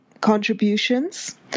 contributions